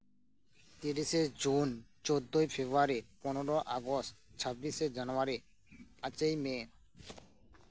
ᱛᱤᱨᱤᱥᱮ ᱡᱩᱱ ᱪᱳᱫᱽᱫᱳᱭ ᱯᱷᱮᱵᱽᱨᱩᱣᱟᱨᱤ ᱯᱚᱱᱮᱨᱚ ᱟᱜᱚᱥᱴ ᱪᱷᱟᱵᱽᱵᱤᱥᱮ ᱡᱟᱱᱩᱣᱟᱹᱨᱤ ᱯᱟᱸᱪᱮᱭ ᱢᱮ